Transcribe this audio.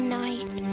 night